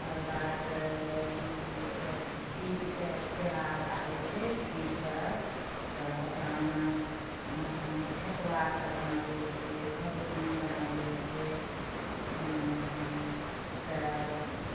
ओकर बाद जैसे तीजपे त्योहार आबै छै तीज पर्व तऽ ओकरामे ठकुआसभ बनाबै छियै खगौनी बनाबै छियै तऽ